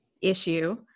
issue